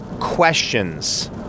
questions